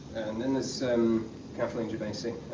and then there's kathleen gerbasi,